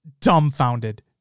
dumbfounded